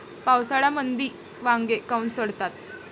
पावसाळ्यामंदी वांगे काऊन सडतात?